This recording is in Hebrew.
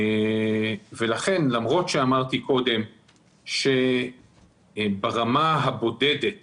לכן, למרות שאמרתי קודם שברמה הבודדת